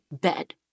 bed